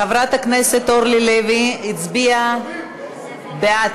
חברת הכנסת אורלי לוי הצביעה בעד,